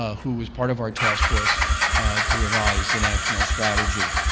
ah who was part of our taskforce to revise the national strategy.